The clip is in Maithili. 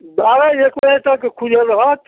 बारह एक बजे तक खुजल रहत